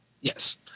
Yes